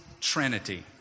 Trinity